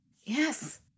Yes